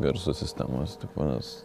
garso sistemos tipo nes